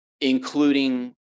including